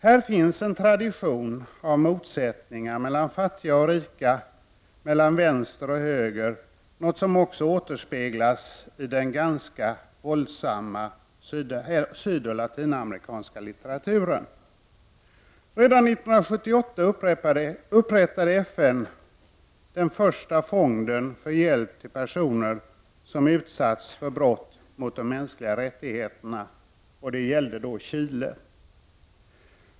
Här finns en tradition av motsättningar mellan fattiga och rika samt mellan vänster och höger, något som också återspeglas i den ganska våldsamma sydoch latinamerikanska litteraturen. Redan 1978 upprättade FN den första fonden för hjälp till personer som utsatts för brott mot de mänskliga rättigheterna. Då gällde det Chile.